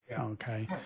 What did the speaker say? Okay